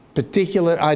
particular